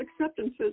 acceptances